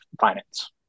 finance